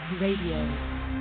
Radio